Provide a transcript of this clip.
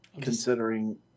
considering